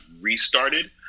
restarted